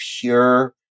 pure